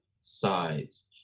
sides